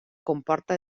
comporta